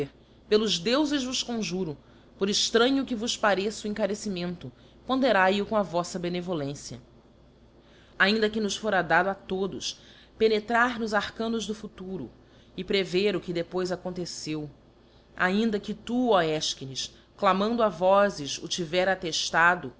pelos deufes vos conjuro poi cxtranho que vos pareça o encarecimento ponderae c com a voffa benevolência ainda que nos fora dado todos penetrar nos arcanos do futuro e prever o que depois aconteceu ainda que tu ó efchines clamando a vozes o tiveras atteftado